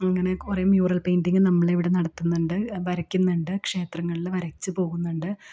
അങ്ങനെ കുറെ mural painting നമ്മളിവിടെ നടത്തുന്നുണ്ട് വരക്കുന്നുണ്ട് ക്ഷേത്രങ്ങളിൽ വരച്ചു പോകുന്നുണ്ട്